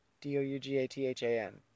D-O-U-G-A-T-H-A-N